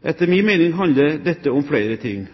Etter min mening handler dette om flere ting: